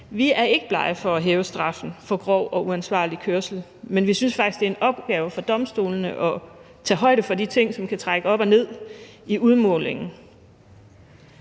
Vi er ikke blege for at hæve straffen for grov og uansvarlig kørsel, men vi synes faktisk, det er en opgave for domstolene at tage højde for de ting, som kan trække op og ned i udmålingen.